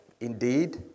Indeed